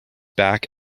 back